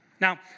Now